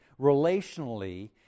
relationally